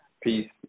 Peace